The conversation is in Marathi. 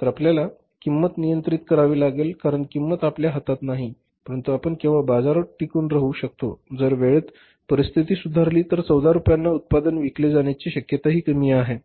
तर आपल्याला किंमत नियंत्रित करावी लागेल कारण किंमत आपल्या हातात नाही परंतु आपण केवळ बाजारात टिकून राहू शकतो जर वेळेत परिस्थिती सुधारली तर 14 रुपयांना उत्पादन विकले जाण्याची शक्यताही कमी झाली